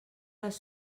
les